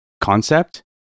concept